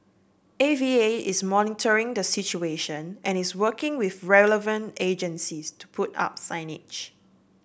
A V A is monitoring the situation and is working with relevant agencies to put up signage